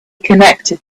connected